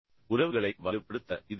உறவுகளை வலுப்படுத்த இது உதவும்